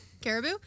Caribou